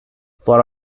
for